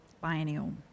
Biennial